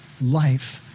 life